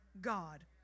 God